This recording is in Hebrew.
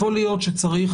יכול להיות שצריך,